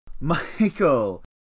Michael